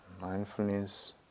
mindfulness